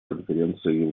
конференция